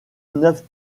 neuf